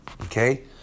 okay